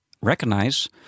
recognize